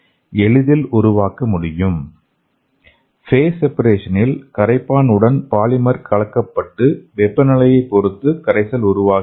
இவை extra cellular matrix போலவே இருக்கும் ஃபேஸ் செபரேஷன் இல் கரைப்பான் உடன் பாலிமர் கலக்கப்பட்டு வெப்பநிலையைப் பொறுத்து கரைசல் உருவாகிறது